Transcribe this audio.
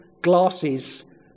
glasses